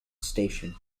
station